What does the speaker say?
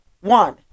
One